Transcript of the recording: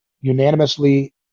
unanimously